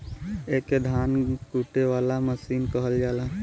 एके धान कूटे वाला मसीन कहल जाला